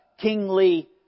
kingly